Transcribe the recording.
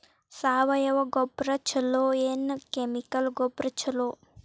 ಸಾವಯವ ಗೊಬ್ಬರ ಛಲೋ ಏನ್ ಕೆಮಿಕಲ್ ಗೊಬ್ಬರ ಛಲೋ?